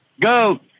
Go